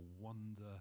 wonder